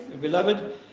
beloved